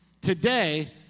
Today